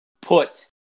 put